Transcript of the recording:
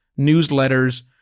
newsletters